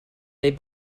they